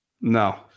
No